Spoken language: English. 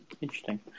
Interesting